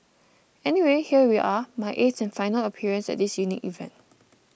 anyway here we are my eighth and final appearance at this unique event